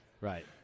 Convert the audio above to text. Right